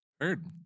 Heard